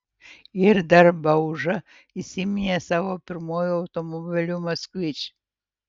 ir dar bauža įsiminė savo pirmuoju automobiliu moskvič